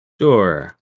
Sure